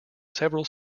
several